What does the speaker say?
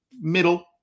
middle